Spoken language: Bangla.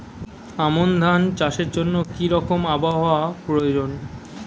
আমন ধান চাষের জন্য কি রকম আবহাওয়া প্রয়োজন?